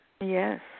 Yes